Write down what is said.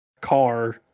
car